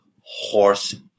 horse